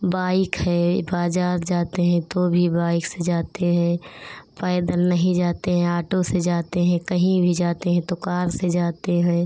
bike है बाज़ार जाते हैं तो भी बाइक से जाते है पैदल नहीं जाते हैं आटो से जाते हैं कहीं भी जाते हैं तो कार से जाते हैं